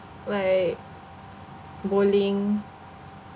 like bowling